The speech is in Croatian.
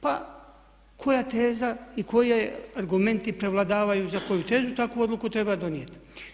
Pa koja teza i koji argumenti prevladavaju za koju tezu takvu odluku treba donijeti.